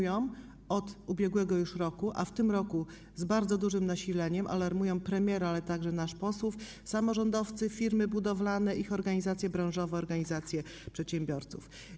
Już od ubiegłego roku, a w tym roku z bardzo dużym nasileniem, alarmują o tym premiera, ale także nas, posłów samorządowcy, firmy budowlane, ich organizacje branżowe, organizacje przedsiębiorców.